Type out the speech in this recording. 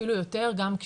אפילו יותר גם,